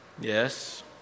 Yes